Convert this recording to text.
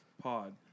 pod